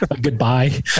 goodbye